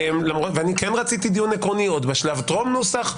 ואני כן רציתי דיון עקרוני, עוד בשלב טרום נוסח.